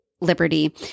Liberty